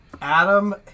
Adam